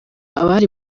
abari